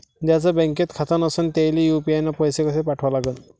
ज्याचं बँकेत खातं नसणं त्याईले यू.पी.आय न पैसे कसे पाठवा लागन?